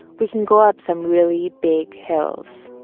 we can go up some really big hills